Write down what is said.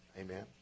Amen